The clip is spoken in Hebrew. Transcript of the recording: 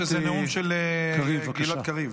או שזה נאום של גלעד קריב.